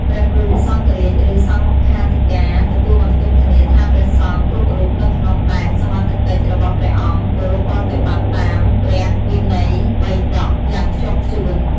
ព្រះគ្រូសង្ឃរាជ ឬ សង្ឃាធិការ ទទួលបន្ទុកធានាថាព្រះសង្ឃគ្រប់រូបនៅក្នុងដែនសមត្ថកិច្ចរបស់ព្រះអង្គគោរពប្រតិបត្តិតាម ព្រះវិន័យបិដក យ៉ាងខ្ជាប់ខ្ជួន។